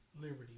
Liberty